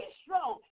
strong